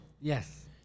Yes